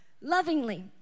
lovingly